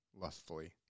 lustfully